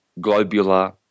globular